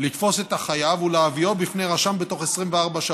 לתפוס את החייב ולהביאו בפני רשם בתוך 24 שעות.